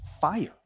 fire